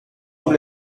tous